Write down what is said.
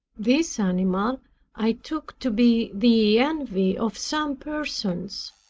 this animal i took to be the envy of some persons,